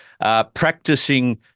practicing